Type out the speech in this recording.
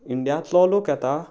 इंडियातलो लोक येता